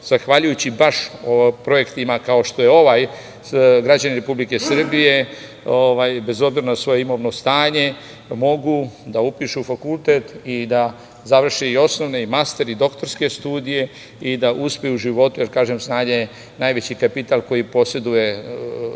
zahvaljujući baš projektima kao što je ovaj. Građani Republike Srbije, bez obzira na svoje imovno stanje mogu da upišu fakultet i da završe osnovne, master i doktorske studije i da uspeju u životu. Kažem, znanje je najveći kapital koji poseduje